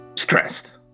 Stressed